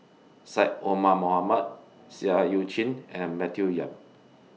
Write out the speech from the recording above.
Syed Omar Mohamed Seah EU Chin and Matthew Yap